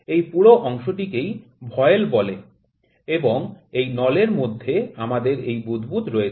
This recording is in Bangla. এই পুরো অংশটিকেই ভয়েল বলে এবং এই নলের মধ্যে আমাদের এই বুদ্বুদ রয়েছে